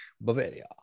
Bavaria